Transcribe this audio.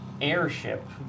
Airship